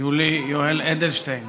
יולי יואל אדלשטיין,